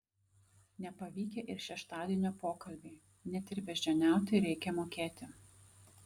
nepavykę ir šeštadienio pokalbiai net ir beždžioniauti reikia mokėti